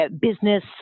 business